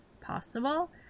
possible